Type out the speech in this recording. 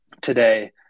today